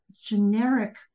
generic